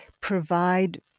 provide